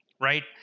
right